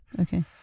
okay